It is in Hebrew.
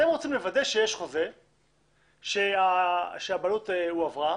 אתם רוצים לוודא שיש חוזה שהבעלות הועברה